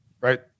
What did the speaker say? right